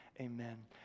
Amen